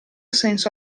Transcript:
senso